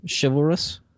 chivalrous